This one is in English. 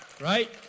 Right